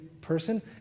person